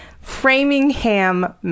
Framingham